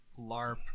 LARP